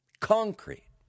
concrete